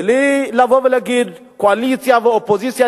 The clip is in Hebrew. בלי לבוא ולהגיד קואליציה ואופוזיציה.